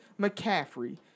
McCaffrey